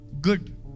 Good